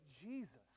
Jesus